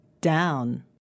Down